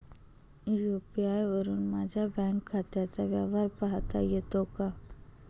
UPI वरुन माझ्या bank खात्याचा व्यवहार पाहता येतो का?